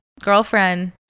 girlfriend